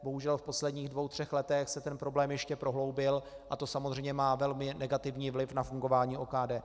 Bohužel v posledních dvou třech letech se ten problém ještě prohloubil a to samozřejmě má velmi negativní vliv na fungování OKD.